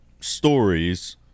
stories